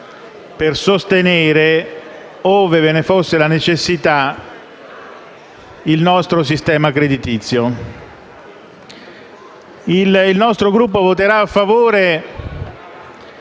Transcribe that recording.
per sostenere, ove ve ne fosse la necessità, il nostro sistema creditizio. Il nostro Gruppo voterà a favore